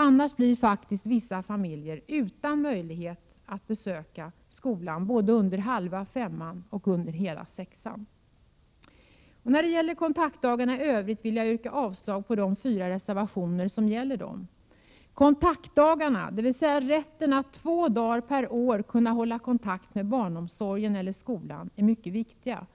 Annars blir faktiskt vissa familjer utan möjlighet att besöka skolan både under halva femman och under hela sexan. När det gäller kontaktdagarna i övrigt vill jag yrka avslag på de fyra reservationer som behandlar dem. Kontaktdagarna, dvs. rätten att två dagar per år kunna hålla kontakt med barnomsorgen eller skolan, är mycket viktiga.